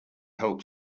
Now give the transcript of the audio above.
help